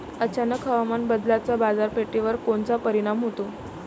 अचानक हवामान बदलाचा बाजारपेठेवर कोनचा परिणाम होतो?